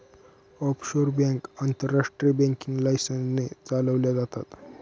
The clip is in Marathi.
ऑफशोर बँक आंतरराष्ट्रीय बँकिंग लायसन्स ने चालवल्या जातात